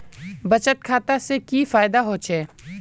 बचत खाता से की फायदा होचे?